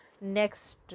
next